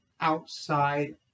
outside